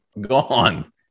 gone